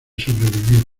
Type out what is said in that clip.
sobrevivió